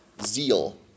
zeal